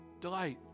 delight